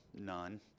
None